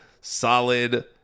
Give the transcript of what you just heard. Solid